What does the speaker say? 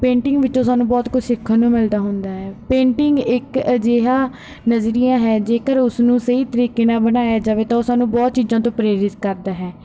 painting ਵਿੱਚੋਂ ਸਾਨੂੰ ਬਹੁਤ ਕੁਛ ਸਿੱਖਣ ਨੂੰ ਮਿਲਦਾ ਹੁੰਦਾ ਹੈ ਪੇਂਟਿੰਗ ਇੱਕ ਅਜਿਹਾ ਨਜ਼ਰੀਆ ਹੈ ਜੇਕਰ ਉਸਨੂੰ ਸਹੀ ਤਰੀਕੇ ਨਾਲ ਬਣਾਇਆ ਜਾਵੇ ਤਾਂ ਉਹ ਸਾਨੂੰ ਕਈ ਚੀਜ਼ਾਂ ਤੋਂ ਪ੍ਰੇਰਿਤ ਕਰਦਾ ਹੈ